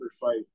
fight